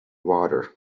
water